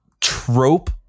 trope